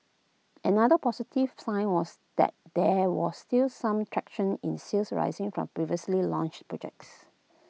another positive sign was that there was still some traction in sales arising from previously launched projects